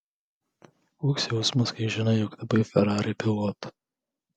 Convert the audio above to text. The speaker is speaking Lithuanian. koks jausmas kai žinai jog tapai ferrari pilotu